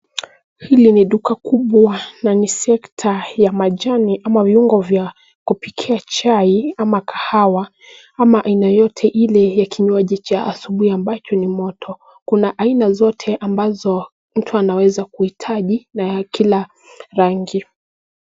Hili ni duka kubwa na ni sekta ya majani ama vuingo vya kupikia chai ama kahawa ama aina yote ile ya kinywaji cha asubuhi ambacho ni moto. Kuna aina zote ambazo mtu anaweza kuitaji na ya kila rangi.